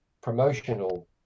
promotional